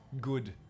Good